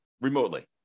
remotely